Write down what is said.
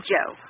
Joe